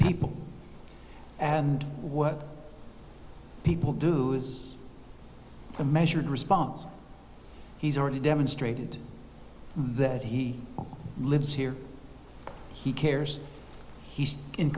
people and what people do is a measured response he's already demonstrated that he lives here he cares he's in